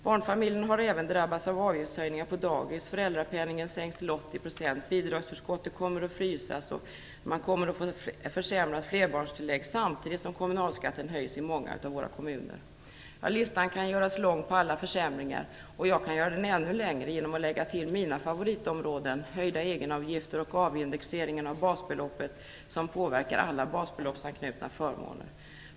Barnfamiljerna har även drabbats av avgiftshöjningar på dagis, av att föräldrapenningen sänks till 80 %, bidragsförskottet fryses och ett försämrat flerbarnstillägg, samtidigt som kommunalskatten höjs i många kommuner. Listan kan göras lång på alla försämringar, och jag kan göra den ännu längre genom att lägga till mina favoritområden: höjda egenavgifter och avindexeringen av basbeloppet som påverkar alla basbeloppsanknutna förmåner.